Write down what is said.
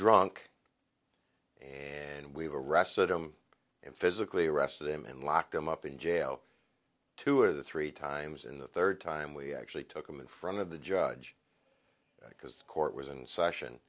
drunk and we've arrested him and physically arrested him and locked him up in jail two or three times in the third time we actually took him in front of the judge because the court was in session